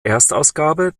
erstausgabe